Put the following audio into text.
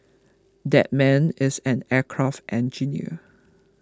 that man is an aircraft engineer